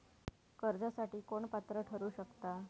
कर्जासाठी कोण पात्र ठरु शकता?